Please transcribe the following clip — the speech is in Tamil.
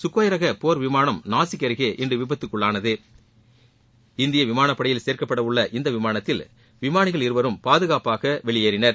சுக்கோய் ரக போர் விமானம் நாசிக் அருகே இன்று விபத்துக்குள்ளானது இந்திய விமானப்படையில் சேர்க்கப்படவுள்ள இந்த விமானத்தில் விமானிகள் இருவரும் பாதுகாப்பாக வெளியேறினர்